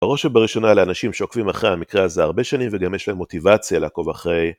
בראש ובראשונה לאנשים שעוקבים אחרי המקרה הזה הרבה שנים וגם יש להם מוטיבציה לעקוב אחרי.